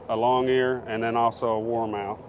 a longear, and and also a warmouth.